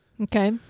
Okay